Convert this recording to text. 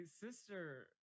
sister